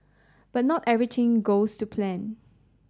but not everything goes to plan